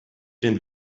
den